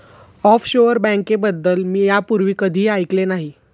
offshore बँकेबद्दल मी यापूर्वी कधीही ऐकले नाही